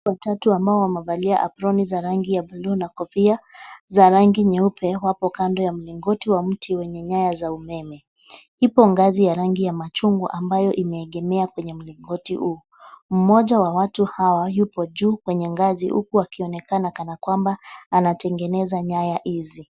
Watatu ambao wamevalia aproni za rangi ya bluu na kofia za rangi nyeupe wapo kando ya mlingoti wa mti wenye nyanya za umeme ipo ngazi ya rangi ya machungwa ambayo imeegemea kwenye mlingoti huu. Mmoja wa watu hawa yupo juu kwenye ngazi huku akionekana kana kwamba anatengeneza nyaya hizi.